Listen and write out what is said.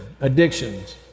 addictions